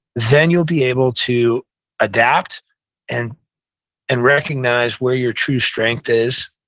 then you'll be able to adapt and and recognize where your true strength is,